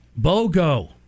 BOGO